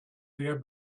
sehr